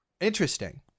Interesting